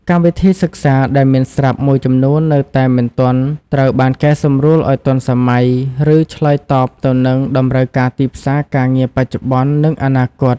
កម្មវិធីសិក្សាដែលមានស្រាប់មួយចំនួននៅតែមិនទាន់ត្រូវបានកែសម្រួលឱ្យទាន់សម័យ ឬឆ្លើយតបទៅនឹង តម្រូវការទីផ្សារការងារបច្ចុប្បន្ន និងអនាគត។